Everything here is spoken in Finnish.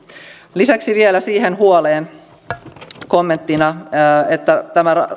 lisäksi vielä kommenttina siihen huoleen että